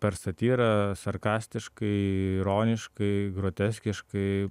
per satyrą sarkastiškai ironiškai groteskiškai